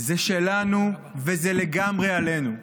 זה שלנו וזה לגמרי עלינו.